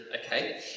okay